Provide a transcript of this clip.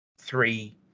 three